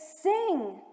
sing